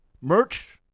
Merch